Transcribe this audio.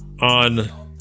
on